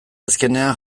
azkenean